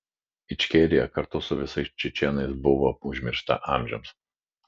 ičkerija kartu su visais čečėnais buvo užmiršta amžiams